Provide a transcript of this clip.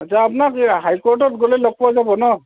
আচ্ছা আপোনাক হাই কৰ্টত গ'লে লগ পোৱা যাব ন'